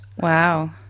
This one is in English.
Wow